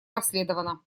расследована